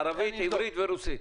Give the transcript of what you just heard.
ערבית, עברית ורוסית.